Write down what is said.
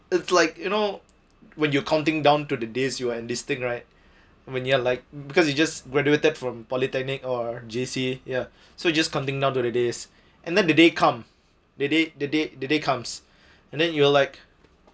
it's like you know when you're counting down to the days you are enlisting right when you're like because you just graduated from polytechnic or J_C ya so just counting down to the days and then the day come the day the day the day comes and then you'll like